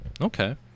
Okay